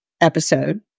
episode